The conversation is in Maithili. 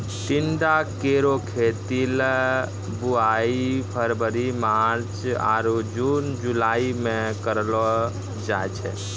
टिंडा केरो खेती ल बुआई फरवरी मार्च आरु जून जुलाई में कयलो जाय छै